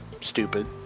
Stupid